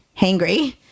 hangry